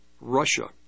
Russia